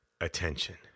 attention